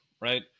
right